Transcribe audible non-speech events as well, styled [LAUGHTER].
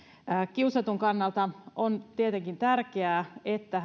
kiusatun kannalta on tietenkin tärkeää että [UNINTELLIGIBLE]